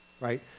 right